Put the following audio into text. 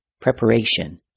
preparation